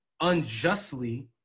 unjustly